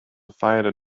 fighter